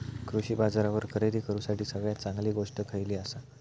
कृषी बाजारावर खरेदी करूसाठी सगळ्यात चांगली गोष्ट खैयली आसा?